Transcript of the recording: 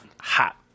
hot